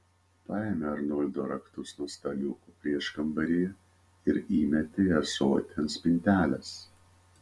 paėmė arnoldo raktus nuo staliuko prieškambaryje ir įmetė į ąsotį ant spintelės